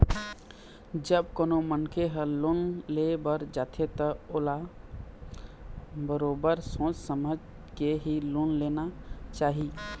जब कोनो मनखे ह लोन ले बर जाथे त ओला बरोबर सोच समझ के ही लोन लेना चाही